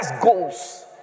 goals